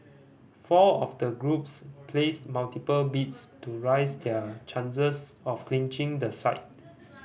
four of the groups placed multiple bids to rise their chances of clinching the site